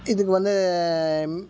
இதுக்கு வந்து